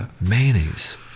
Mayonnaise